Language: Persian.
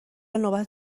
نوبت